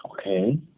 Okay